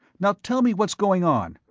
now tell me what's going on?